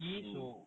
mm